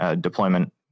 deployment